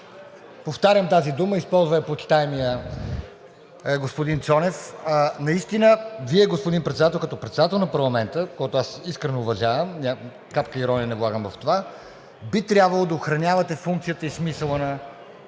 Повтарям тази дума, използва я почитаемият господин Цонев. Наистина Вие, господин Председател, като председател на парламента, който аз искрено уважавам – капка ирония не влагам в това, би трябвало да охранявате функцията, смисъла на нашата